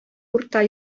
урта